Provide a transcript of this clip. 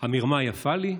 המרמה יפה לי?